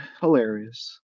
hilarious